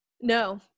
No